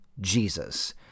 Jesus